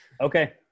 Okay